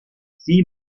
sieh